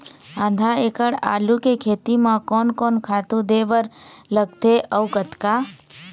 आधा एकड़ आलू के खेती म कोन कोन खातू दे बर लगथे अऊ कतका?